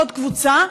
עוד קבוצה,